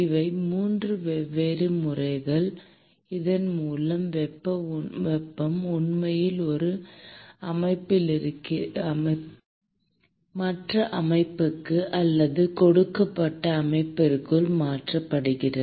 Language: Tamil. இவை 3 வெவ்வேறு முறைகள் இதன் மூலம் வெப்பம் உண்மையில் ஒரு அமைப்பிலிருந்து மற்ற அமைப்புக்கு அல்லது கொடுக்கப்பட்ட அமைப்பிற்குள் மாற்றப்படுகிறது